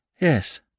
Yes